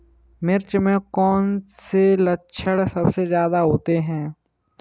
मिर्च में कौन से लक्षण सबसे ज्यादा होते हैं?